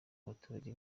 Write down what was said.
abaturage